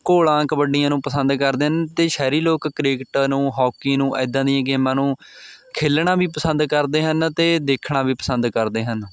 ਘੋਲਾਂ ਕਬੱਡੀਆਂ ਨੂੰ ਪਸੰਦ ਕਰਦੇ ਹਨ ਅਤੇ ਸ਼ਹਿਰੀ ਲੋਕ ਕ੍ਰਿਕਟ ਨੂੰ ਹੋਕੀ ਨੂੰ ਇੱਦਾਂ ਦੀਆਂ ਗੇਮਾਂ ਨੂੰ ਖੇਲਣਾ ਵੀ ਪਸੰਦ ਕਰਦੇ ਹਨ ਅਤੇ ਦੇਖਣਾ ਵੀ ਪਸੰਦ ਕਰਦੇ ਹਨ